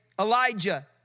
Elijah